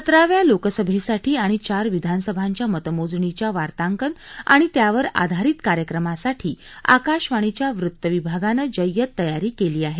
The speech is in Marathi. सतराव्या लोकसभेसाठी आणि चार विधानसभांच्या मतमोजणीच्या वार्तांकन आणि त्यावर आधारित कार्यक्रमासाठी आकाशवाणीच्या वृत्त विभागानं जय्यत तयारी केली आहे